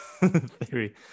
theory